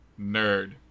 nerd